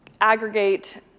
aggregate